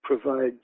provide